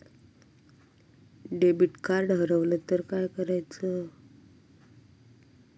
Debit card हरवल तर काय करायच?